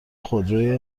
خودروی